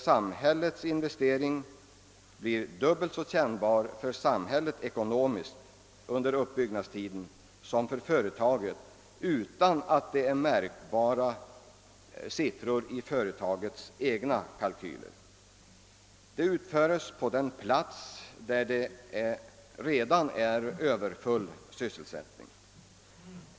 Samhällets investering blir dubbelt så kännbar för samhället under uppbyggnadstiden som för företaget utan att siffrorna märks i företagets egna kalkyler. Investeringen görs på den plats där det redan är överfull sysselsättning.